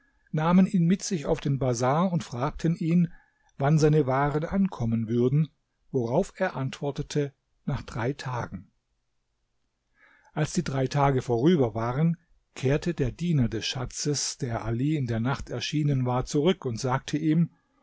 nahmen ihn mit sich auf den bazar und fragten ihn wann seine waren ankommen würden worauf er antwortete nach drei tagen als die drei tage vorüber waren kehrte der diener des schatzes der ali in der nacht erschienen war zurück und sagte ihm